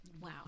Wow